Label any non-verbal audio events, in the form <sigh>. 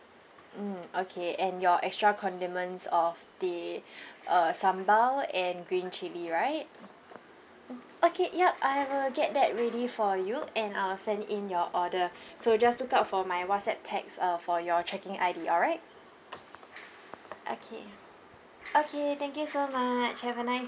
mm okay and your extra condiments of the <breath> uh sambal and green chili right mm okay yup I will get that ready for you and I'll send in your order so just look out for my WhatsApp text uh for your checking I_D alright okay okay thank you so much have a nice